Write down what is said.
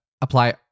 apply